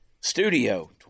Studio